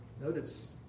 Notice